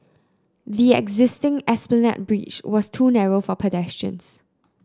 the existing Esplanade Bridge was too narrow for pedestrians